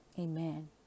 Amen